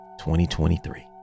2023